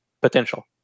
potential